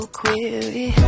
query